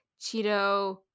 Cheeto